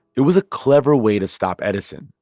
it was a clever way to stop edison,